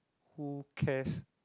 who cares